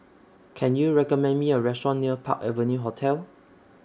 Can YOU recommend Me A Restaurant near Park Avenue Hotel